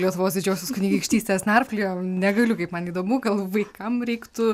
lietuvos didžiosios kunigaikštystės narpliojam negaliu kaip man įdomu gal vaikam reiktų